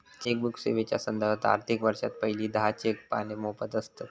chequebook सेवेच्यो संदर्भात, आर्थिक वर्षात पहिली दहा चेक पाने मोफत आसतत